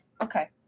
Okay